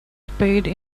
spade